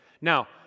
Now